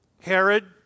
Herod